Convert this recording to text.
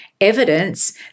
evidence